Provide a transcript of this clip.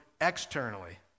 externally